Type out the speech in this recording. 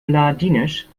ladinisch